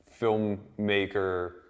filmmaker